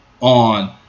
on